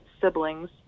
siblings